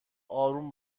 آروم